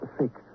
six